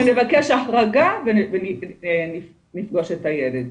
אנחנו נבקש החרגה ונפגוש את הילד.